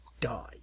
die